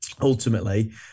ultimately